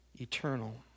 eternal